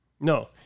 No